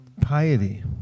piety